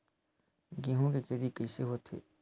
गेहूं के खेती कइसे होथे?